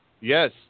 Yes